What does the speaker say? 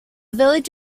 village